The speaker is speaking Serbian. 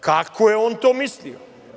Kako je on to mislio?